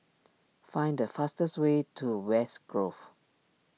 find the fastest way to West Grove